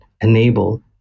enable